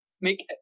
make